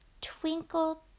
Twinkle